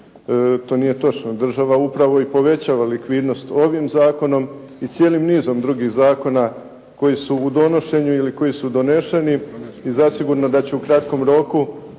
To nije točno. Država upravo i povećava likvidnost ovim zakonom i cijelim nizom drugih zakona koji su u donošenju ili koji su doneseni i zasigurno da će u kratkom roku